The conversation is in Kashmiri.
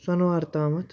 سۄنہٕ وار تامَتھ